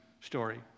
story